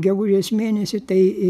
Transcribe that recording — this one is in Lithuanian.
gegužės mėnesį tai